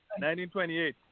1928